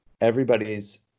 everybody's